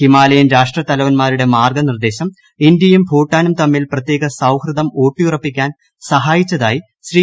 Himalayan രാഷ്ട്രത്തലവന്മാരുടെ മാർഗനിർദ്ദേശം ഇന്ത്യയും ഭൂട്ടാനും തമ്മിൽ പ്രത്യേക സൌഹൃദം ഊട്ടിയുറപ്പിക്കാൻ സഹായിച്ചതായി ശ്രീ